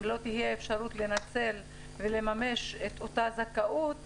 אם לא תהיה אפשרות לנצל ולממש את אותה זכאות,